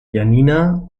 janina